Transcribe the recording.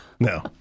No